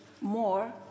more